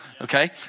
Okay